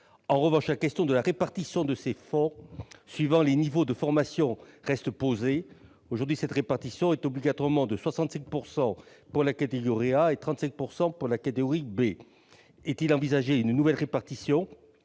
En revanche, la question de la répartition de ces fonds suivant les niveaux de formation reste posée. Aujourd'hui, cette répartition est obligatoirement de 65 % pour la catégorie A et de 35 % pour la catégorie B. Est-il envisagé une nouvelle répartition ?